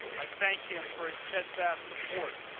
i thank him for his steadfast support.